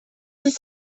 dix